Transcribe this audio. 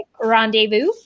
rendezvous